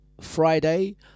Friday